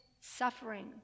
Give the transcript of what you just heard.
suffering